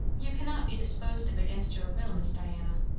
you cannot be disposed of against your will, miss diana.